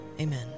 Amen